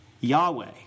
Yahweh